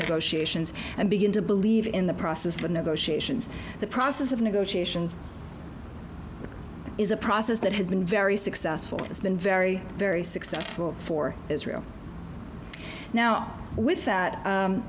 negotiations and begin to believe in the process but negotiations the process of negotiations is a process that has been very successful it's been very very successful for israel now with that